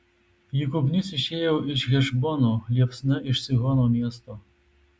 juk ugnis išėjo iš hešbono liepsna iš sihono miesto